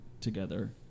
together